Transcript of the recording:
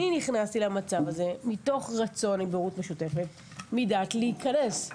אני נכנסתי למצב הזה מתוך רצון אני בהורות משותפת מדעת להיכנס.